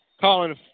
Colin